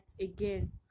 again